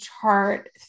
chart